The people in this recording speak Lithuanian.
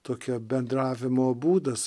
tokia bendravimo būdas